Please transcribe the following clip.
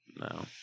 No